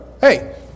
Hey